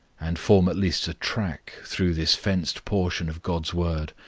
and form at least a track through this fenced portion of god's word,